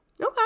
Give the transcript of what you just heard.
Okay